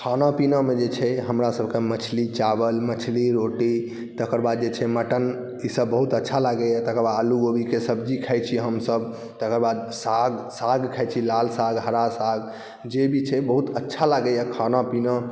खाना पीनामे जे छै हमरासबके मछली चावल मछली रोटी तकर बाद जे छै मटन ईसब बहुत अच्छा लागैए तकर बाद आलू कोबीके सब्जी खाइ छी हमसब तकर बाद साग साग खाइ छी लाल साग हरा साग जे भी छै बहुत अच्छा लागैए खाना पीना